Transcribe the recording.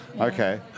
Okay